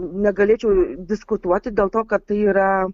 negalėčiau diskutuoti dėl to kad tai yra